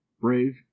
brave